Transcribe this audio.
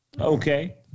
Okay